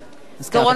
(קוראת בשמות חברי הכנסת) דורון אביטל,